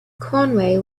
conway